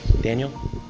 Daniel